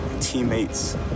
teammates